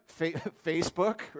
Facebook